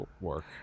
work